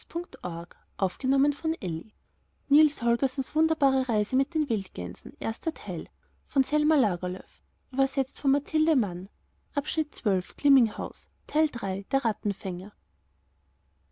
der mit den wildgänsen